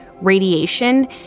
radiation